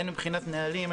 הן מבחינת נהלים,